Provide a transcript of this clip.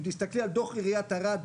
אם תסתכלי על דוח עיריית ערד,